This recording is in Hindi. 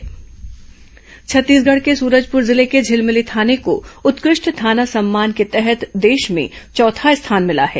उत्कृष्ट थाना सम्मान छत्तीसगढ़ के सूरजपुर जिले के झिलमिली थाने को उत्कृष्ट थाना सम्मान के तहत देश में चौथा स्थान मिला है